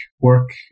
work